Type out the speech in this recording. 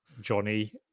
Johnny